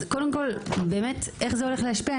קודם כל, איך זה הולך להשפיע?